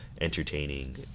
entertaining